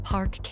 Park